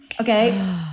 Okay